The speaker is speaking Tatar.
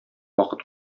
вакыт